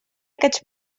aquests